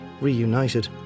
reunited